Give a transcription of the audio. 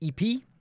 EP